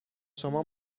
شما